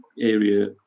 area